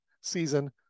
season